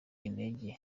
intege